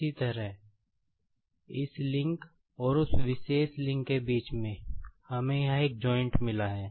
इसी तरह इस लिंक और उस विशेष लिंक के बीच में हमें यहां एक जॉइंट् मिला है